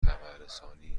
خبررسانی